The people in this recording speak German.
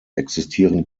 existieren